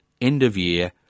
end-of-year